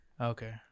Okay